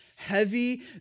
heavy